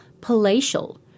palatial